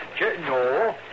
No